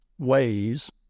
Ways